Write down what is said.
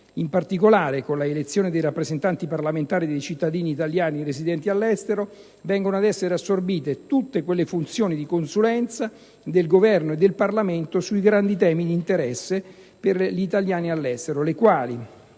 In particolare, con l'elezione dei rappresentanti parlamentari dei cittadini italiani residenti all'estero, vengono ad essere assorbite tutte quelle funzioni di "consulenza" del Governo e del Parlamento sui grandi temi di interesse per gli italiani all'estero, le quali,